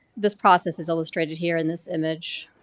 this process is illustrated here in this image.